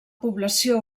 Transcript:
població